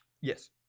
Yes